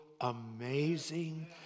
amazing